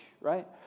right